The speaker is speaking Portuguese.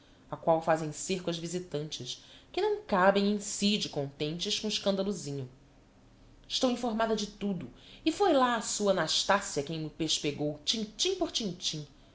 á qual fazem cêrco as visitantes que não cabem em si de contentes com o escandolozinho estou informada de tudo e foi lá a sua nastassia quem m'o pespegou tim tim por tim tim